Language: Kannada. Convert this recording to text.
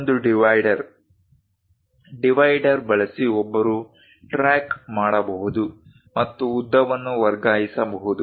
ಇನ್ನೊಂದು ಡಿವೈಡರ್ ಡಿವೈಡರ್ ಬಳಸಿ ಒಬ್ಬರು ಟ್ರ್ಯಾಕ್ ಮಾಡಬಹುದು ಮತ್ತು ಉದ್ದವನ್ನು ವರ್ಗಾಯಿಸಬಹುದು